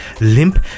limp